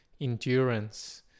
endurance